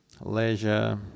leisure